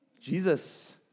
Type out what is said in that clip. Jesus